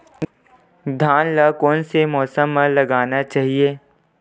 धान ल कोन से मौसम म लगाना चहिए?